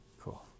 Cool